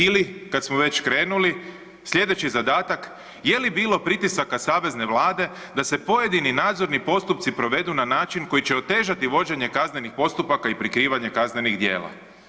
Ili kad smo već krenuli, sljedeći zadatak je li bilo pritisaka savezne Vlade da se pojedini nadzorni postupci provedu na način koji će otežati vođenje kaznenih postupaka i prikrivanje kaznenih djela.